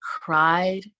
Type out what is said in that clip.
cried